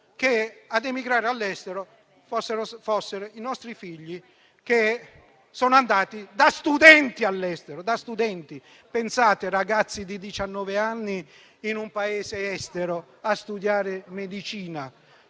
che ad emigrare all'estero fossero i nostri figli che sono andati da studenti all'estero. Pensate, ragazzi di diciannove anni in un Paese estero a studiare medicina: